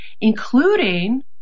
including